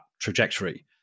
trajectory